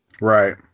right